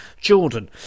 Jordan